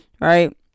right